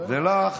ולך